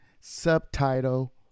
subtitle